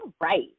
right